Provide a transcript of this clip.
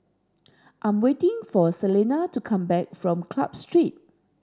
I'm waiting for Celena to come back from Club Street